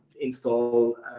install